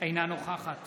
אינה נוכחת